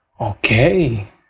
okay